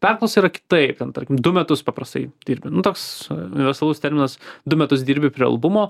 perklausa yra kitaip ten tarkim du metus paprastai dirbi nu toks universalus terminas du metus dirbi prie albumo